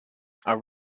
are